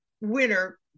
winner